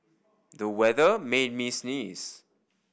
the weather made me sneeze